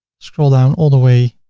scroll down all the way,